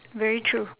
very true